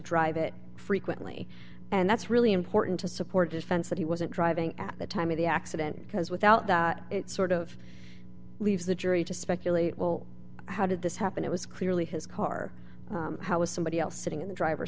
drive it frequently and that's really important to support defense that he wasn't driving at the time of the accident because without that sort of leaves the jury to speculate will how did this happen it was clearly his car was somebody else sitting in the driver